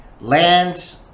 land